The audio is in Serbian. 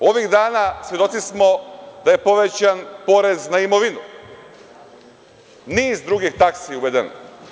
Ovih dana, svedoci smo da je povećan porez na imovinu, niz drugih taksi je uvedeno.